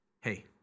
Hey